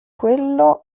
quello